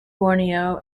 borneo